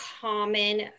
common